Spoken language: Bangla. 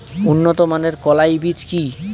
উন্নত মানের কলাই বীজ কি?